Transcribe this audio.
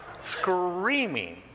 Screaming